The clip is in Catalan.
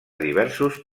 diversos